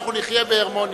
אנחנו נחיה בהרמוניה.